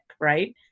right